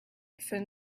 thin